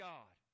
God